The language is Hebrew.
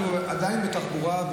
אנחנו עדיין בתחבורה,